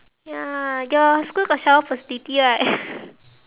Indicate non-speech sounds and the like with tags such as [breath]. ya your school got shower facility right [breath]